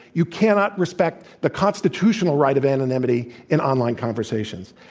you cannot respect the constitutional right of anonymity in online conversations.